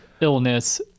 illness